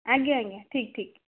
ଆଜ୍ଞା ଆଜ୍ଞା ଠିକ୍ ଠିକ୍